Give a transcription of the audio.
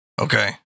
Okay